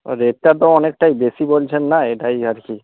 ও রেটটা তো অনেকটাই বেশি বলছেন না এটাই আর কি